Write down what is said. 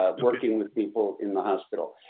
ah working with people in the hospital.